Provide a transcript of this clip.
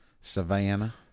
Savannah